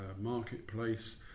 marketplace